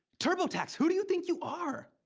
turbotax, who do you think you are?